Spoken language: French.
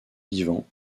vivant